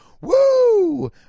Woo